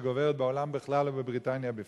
שגוברת בעולם בכלל ובבריטניה בפרט?